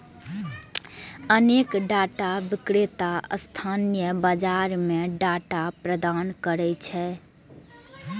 अनेक डाटा विक्रेता स्थानीय बाजार कें डाटा प्रदान करै छै